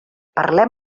parlem